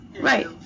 Right